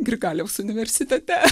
grigaliaus universitete